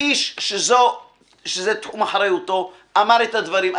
האיש שזה תחום אחריותו אמר את הדברים.